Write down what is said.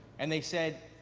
and they said,